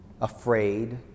afraid